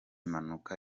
mpanuka